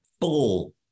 full